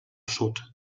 sud